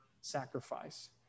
sacrifice